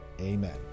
amen